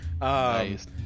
Nice